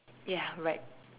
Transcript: ya right